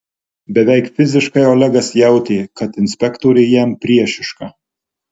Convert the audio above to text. beveik fiziškai olegas jautė kad inspektorė jam priešiška